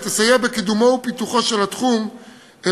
ותסייע בקידומו ובפיתוחו של התחום אל